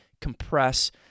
compress